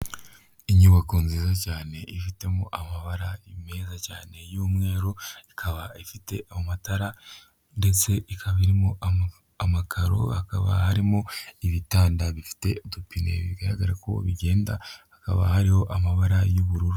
Inyubako nziza cyane ifitemo amabara meza cyane y'umweru, ikaba ifite amatara ndetse ikaba irimo amakaro hakaba harimo ibitanda bifite udupine, bigaragara ko bigenda hakaba hariho amabara y'ubururu.